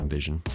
Vision